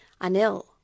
Anil